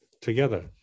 together